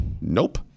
Nope